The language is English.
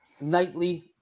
nightly